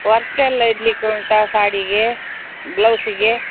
work ಎಲ್ಲ ಇಡಲಿಕ್ಕೆ ಉಂಟಾ ಸಾಡಿಗೆ ಬ್ಲೌಸಿಗೆ